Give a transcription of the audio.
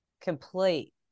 complete